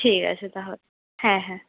ঠিক আছে তাহলে হ্যাঁ হ্যাঁ